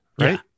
right